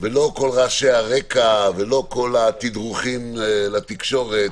ולא כל רעשי הרקע ולא כל התדרוכים לתקשורת,